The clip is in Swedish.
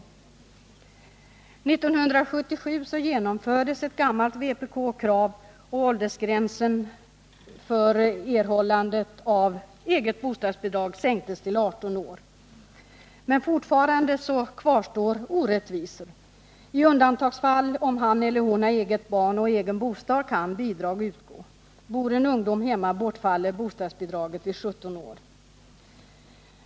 År 1977 genomfördes ett gammalt vpk-krav, och åldersgränsen för erhållande av eget bostadsbidrag sänktes till 18 år. Men fortfarande kvarstår orättvisor. I undantagsfall — om han eller hon har eget barn och egen bostad — kan bidrag utgå. Bor den unge hemma bortfaller bostadsbidraget vid 17 år.